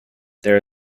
there